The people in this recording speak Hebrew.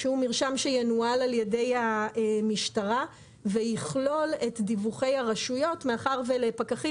מרשם שינוהל על ידי המשטרה ויכלול את דיווחי הרשויות מאחר שלפקחים